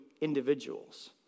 individuals